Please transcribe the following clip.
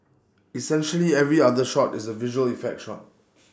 essentially every other shot is A visual effect shot